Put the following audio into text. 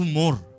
more